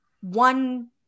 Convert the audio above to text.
one